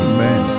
Amen